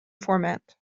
format